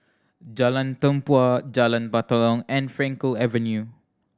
Jalan Tempua Jalan Batalong and Frankel Avenue